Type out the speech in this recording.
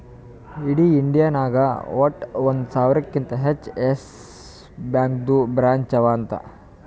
ಇಡೀ ಇಂಡಿಯಾ ನಾಗ್ ವಟ್ಟ ಒಂದ್ ಸಾವಿರಕಿಂತಾ ಹೆಚ್ಚ ಯೆಸ್ ಬ್ಯಾಂಕ್ದು ಬ್ರ್ಯಾಂಚ್ ಅವಾ ಅಂತ್